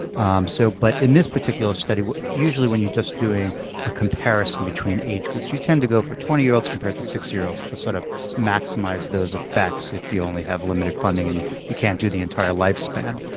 um so but in this particular study usually when you're just doing a comparison between age groups, you tend to go for twenty year olds compared to sixty year olds to sort of maximize those effects if you only have limited funding and you can't do the entire lifespan.